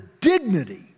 dignity